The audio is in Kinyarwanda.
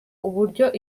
uburyo